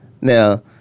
Now